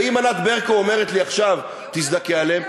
ואם ענת ברקו אומרת לי עכשיו: תזדכה עליהם,